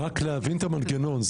רק להבין את המנגנון,